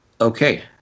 okay